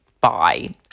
bye